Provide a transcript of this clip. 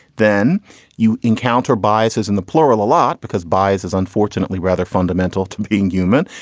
then you encounter biases in the plural a lot because bias is unfortunately rather fundamental to being human.